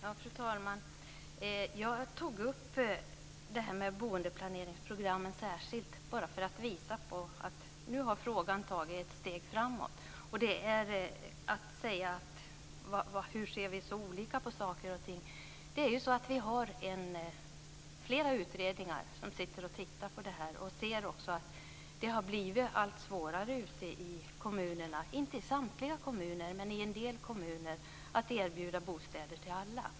Fru talman! Jag tog särskilt upp boendeplaneringsprogram bara för att visa på att frågan nu har tagit ett steg framåt. Varför ser vi så olika på saker och ting? Flera utredningar som arbetar med detta har sett att det har blivit allt svårare ute i kommunerna - inte i samtliga men i en del av dem - att erbjuda bostäder till alla.